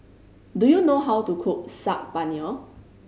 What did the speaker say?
do you know how to cook Saag Paneer